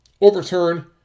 overturn